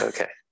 Okay